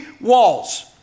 walls